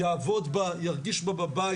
יעבוד בה ירגיש בה בבית.